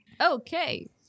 Okay